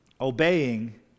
Obeying